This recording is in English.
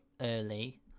early